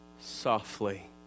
softly